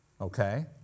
Okay